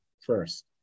first